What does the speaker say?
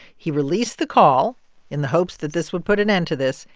he released the call in the hopes that this would put an end to this.